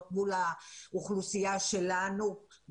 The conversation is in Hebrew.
מול האוכלוסייה שלנו,